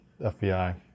FBI